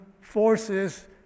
forces